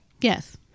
Yes